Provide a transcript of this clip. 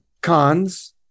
cons